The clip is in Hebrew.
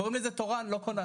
קוראים לזה רופא תורן ולא כונן